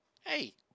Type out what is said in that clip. Hey